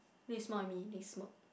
then he smile at me then he smirk